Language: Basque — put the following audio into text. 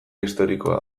historikoa